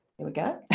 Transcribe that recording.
there we go.